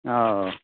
हँ